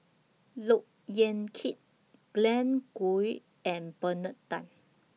Look Yan Kit Glen Goei and Bernard Tan